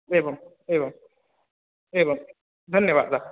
एवम् एवम् एवं धन्यवादाः